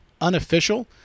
unofficial